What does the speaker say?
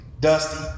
Dusty